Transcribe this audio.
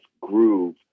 groove